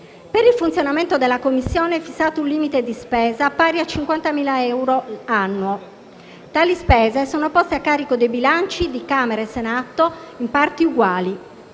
Per il funzionamento della Commissione è fissato un limite di spesa pari a 50.000 euro annui; tali spese sono poste a carico dei bilanci di Camera e Senato in parti uguali.